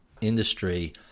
industry